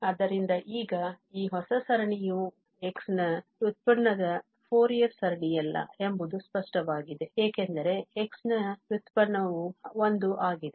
ಆದ್ದರಿಂದ ಈಗ ಈ ಹೊಸ ಸರಣಿಯು x ನ ವ್ಯುತ್ಪನ್ನದ ಫೋರಿಯರ್ ಸರಣಿಯಲ್ಲ ಎಂಬುದು ಸ್ಪಷ್ಟವಾಗಿದೆ ಏಕೆಂದರೆ x ನ ವ್ಯುತ್ಪನ್ನವು 1 ಆಗಿದೆ